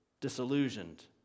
disillusioned